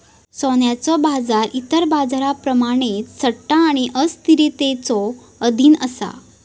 सोन्याचो बाजार इतर बाजारांप्रमाणेच सट्टा आणि अस्थिरतेच्यो अधीन असा